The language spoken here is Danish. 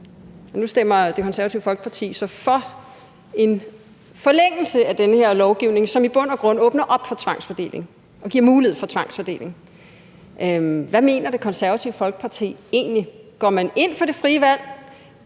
Nu stemmer Det Konservative Folkeparti så for en forlængelse af den her lovgivning, som i bund og grund åbner op for tvangsfordeling og giver mulighed for tvangsfordeling. Hvad mener Det Konservative Folkeparti egentlig? Går man ind for det frie valg,